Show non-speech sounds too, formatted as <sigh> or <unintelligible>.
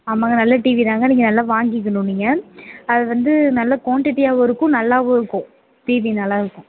ஆமாங்க நல்ல டிவிதாங்க நீங்கள் <unintelligible> வாங்கிக்கிணும் நீங்கள் அது வந்து நல்ல குவாண்டிட்டியாகவும் இருக்கும் நல்லாவும் இருக்கும் டிவி நல்லாடிருக்கும்